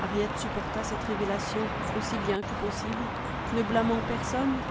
harriet supporta cette révélation aussi bien que possible ne blâmant personne